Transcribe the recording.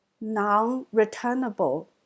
non-returnable